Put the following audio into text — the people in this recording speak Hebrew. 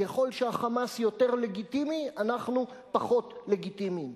ככל שה"חמאס" יותר לגיטימי, אנחנו פחות לגיטימיים.